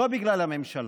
לא בגלל הממשלה.